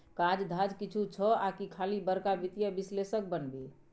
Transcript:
काज धाज किछु छौ आकि खाली बड़का वित्तीय विश्लेषक बनभी